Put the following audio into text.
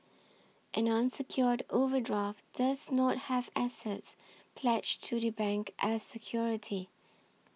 an unsecured overdraft does not have assets pledged to the bank as security